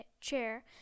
chair